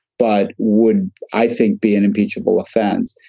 but would i think be an impeachable offense.